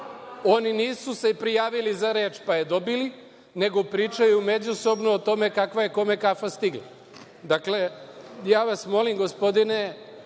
Nisu se prijavili za reč, pa je dobili, nego pričaju međusobno o tome kakva je kome kafa stigla. Molim vas, gospodine